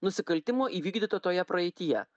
nusikaltimo įvykdyto toje praeityje